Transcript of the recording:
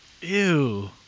Ew